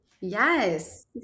Yes